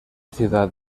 ciudad